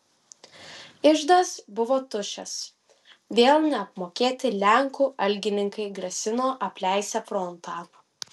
iždas buvo tuščias vėl neapmokėti lenkų algininkai grasino apleisią frontą